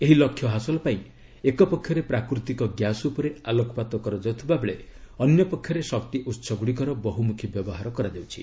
ଏହି ଲକ୍ଷ୍ୟ ହାସଲ ପାଇଁ ଏକ ପକ୍ଷରେ ପ୍ରାକୃତିକ ଗ୍ୟାସ୍ ଉପରେ ଆଲୋକପାତ କରାଯାଉଥିବା ବେଳେ ଅନ୍ୟ ପକ୍ଷରେ ଶକ୍ତି ଉତ୍ସ ଗୁଡ଼ିକର ବହୁମୁଖୀ ବ୍ୟବହାର କରାଯାଉଛି